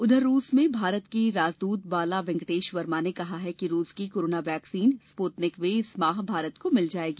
उधर रूस में भारत के राजदूत बाला वेंकटेश वर्मा ने कहा है कि रूस की कोरोना वैक्सीन स्पुतनिक वी इस माह भारत को मिल जाएगी